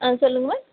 ஆ சொல்லுங்கள் மேம்